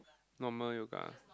normal yoga